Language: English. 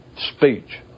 speech